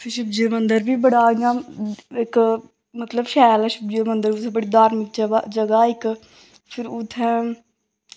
फिर शिवजी दा मंदर बी बड़ा इ'यां इक मतलब शैल ऐ शिवजी दा मंदर उत्थै बड़ी धार्मिक जगह् इक फिर उत्थें